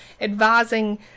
advising